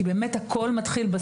כי הכל מתחיל,